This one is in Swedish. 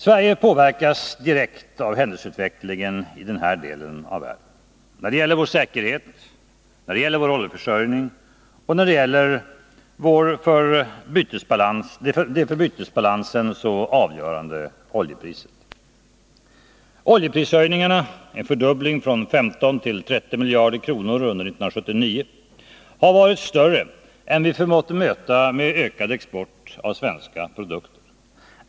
Sverige påverkas direkt av händelseutvecklingen i den här delen av världen; när det gäller vår säkerhet, vår oljefö bytesbalans avgörande oljepriset. Oljeprishöjningarna —en fördubbling från 15 till 30 miljarder kronor under 1979 — har varit större än vi förmått möta med ökad export av svenska produkter.